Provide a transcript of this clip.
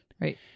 right